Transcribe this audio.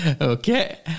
Okay